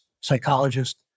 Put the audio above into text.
psychologist